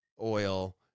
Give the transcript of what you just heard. oil